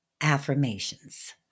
affirmations